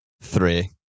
three